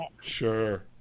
Sure